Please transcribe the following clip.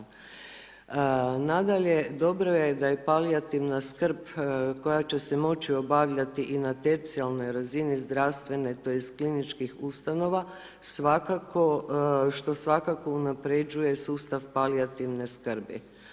Nadalje, dobro je da je palijativna skrb, koja će se moći obavljati i na tercijarnoj razini, zdravstvene tj. kliničkih ustanova, svakako, što svakako unaprjeđuje sustav palijativne skrbi.